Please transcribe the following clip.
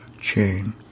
chain